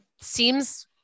seems